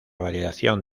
variación